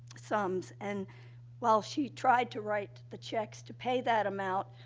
sums. and while she tried to write the checks to pay that amount,